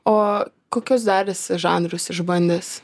o kokius dar esi žanrus išbandęs